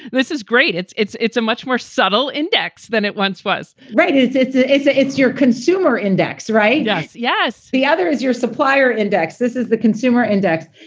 this is great. it's it's it's a much more subtle index than it once was right. it's it's ah it's ah it's your consumer index, right? yes. yes. the other is your supplier index. this is the consumer index.